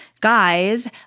guys